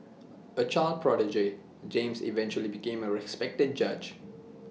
A child prodigy James eventually became A respected judge